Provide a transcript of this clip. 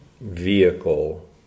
vehicle